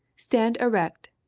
stand erect,